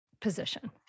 position